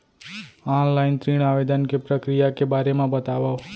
Online ऋण आवेदन के प्रक्रिया के बारे म बतावव?